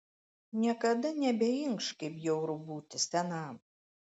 niekada nebeinkš kaip bjauru būti senam